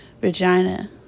Vagina